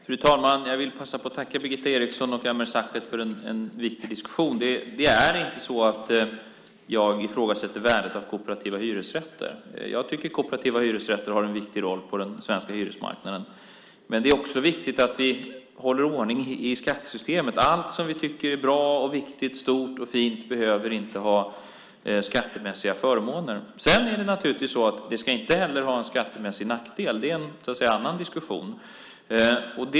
Fru talman! Jag vill passa på att tacka Birgitta Eriksson och Ameer Sachet för en viktig diskussion. Det är inte så att jag ifrågasätter värdet av kooperativa hyresrätter. Jag tycker att kooperativa hyresrätter har en viktig roll på den svenska hyresmarknaden. Men det är också viktigt att vi håller ordning i skattesystemet. Allt som vi tycker är bra och viktigt, stort och fint, behöver inte ha skattemässiga förmåner. Sedan är det naturligtvis så att det inte heller ska ha skattemässiga nackdelar. Det är en annan diskussion.